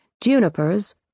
Junipers